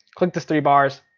click the three bars,